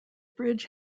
bridge